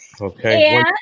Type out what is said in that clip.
Okay